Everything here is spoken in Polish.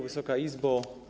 Wysoka Izbo!